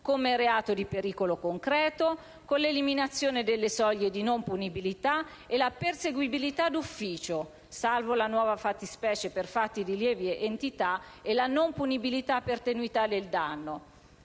come reato di pericolo concreto, con l'eliminazione delle soglie di non punibilità e la perseguibilità d'ufficio, salvo la nuova fattispecie per fatti di lieve entità e la non punibilità per tenuità del danno,